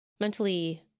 Mentally